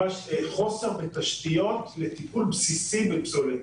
ממש חוסר בתשתיות לטיפול בסיסי בפסולת.